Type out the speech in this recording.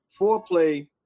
foreplay